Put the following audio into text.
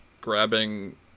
grabbing